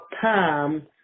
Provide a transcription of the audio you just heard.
time